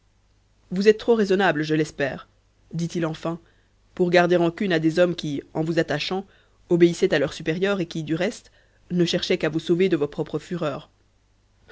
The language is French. vous êtes trop raisonnable je l'espère dit-il enfin pour garder rancune à des hommes qui en vous attachant obéissaient à leurs supérieurs et qui du reste ne cherchaient qu'à vous sauver de vos propres fureurs